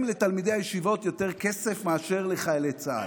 לתלמידי הישיבות יותר כסף מאשר לחיילי צה"ל?